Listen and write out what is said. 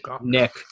Nick